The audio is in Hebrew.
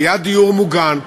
ליד דיור מוגן,